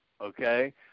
Okay